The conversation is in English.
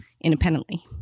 independently